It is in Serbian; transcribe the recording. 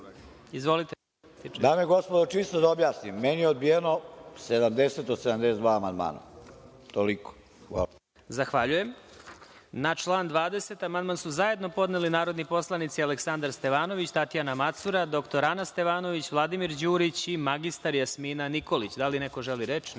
Dame i gospodo, čisto da objasnim, meni je odbijeno 70 do 72 amandmana. Toliko. Hvala. **Vladimir Marinković** Zahvaljujem. Na član 20. amandman su zajedno podneli narodni poslanici Aleksandar Stevanović, Tatjana Macura, dr Ana Stevanović, Vladimir Đurić i mr Jasmina Nikolić. Da li neko želi reč?